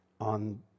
on